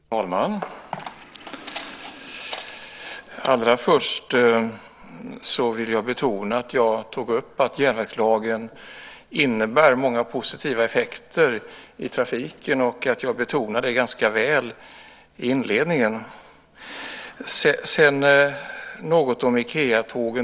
Fru talman! Allra först vill jag betona att jag tog upp att järnvägslagen innebär många positiva effekter i trafiken. Jag betonade det ganska väl i inledningsvis.